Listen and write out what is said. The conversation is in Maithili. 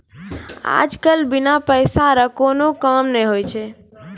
आज कल बिना पैसा रो कोनो काम नै हुवै छै